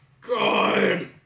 god